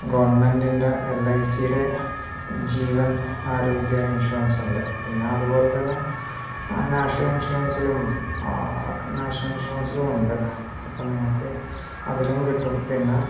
ഗവൺമെന്റിൻ്റെ L I സിയുടെ ജീവൻ ആരോഗ്യ ഇൻഷുറൻസുണ്ട് പിന്നെ അതുപോലെ തന്നെ നാഷണൽ ഇൻഷുറൻസിലും നാഷണൽ ഇൻഷുറൻസിലും ഉണ്ട് അപ്പോള് നിങ്ങള്ക്ക് അതിലും കിട്ടും പിന്നെ